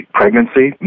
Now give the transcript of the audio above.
pregnancy